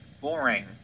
boring